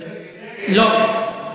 נגד,